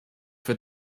für